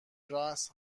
رآس